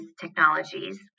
technologies